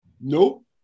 nope